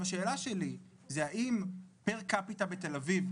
השאלה שלי זה האם פר קפיטה בתל אביב,